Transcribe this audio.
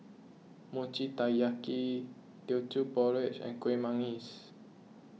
Mochi Taiyaki Teochew Porridge and Kuih Manggis